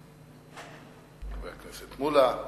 חבר הכנסת מולה,